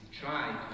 try